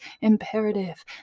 imperative